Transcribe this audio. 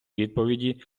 відповіді